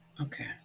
okay